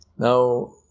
Now